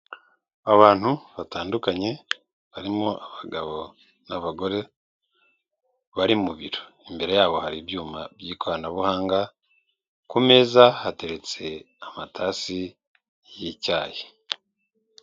Abantu batandukanye barimo abagabo n'abagore bari mu biro, imbere yabo hari ibyuma by'ikoranabuhanga, ku meza hateretse amatasi y'icyayi.